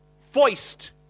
foist